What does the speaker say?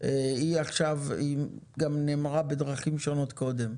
גם נאמרה בדרכים שונות קודם.